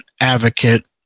advocate